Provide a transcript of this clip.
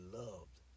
loved